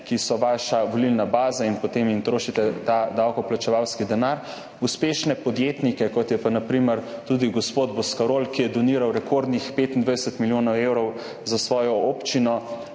ki so vaša volilna baza, in jim potem trošite ta davkoplačevalski denar. Uspešne podjetnike, kot je na primer tudi gospod Boscarol, ki je doniral rekordnih 25 milijonov evrov za svojo občino,